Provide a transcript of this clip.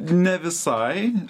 ne visai